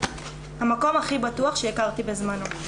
המקום הכי בטוח שהכרתי בזמנו.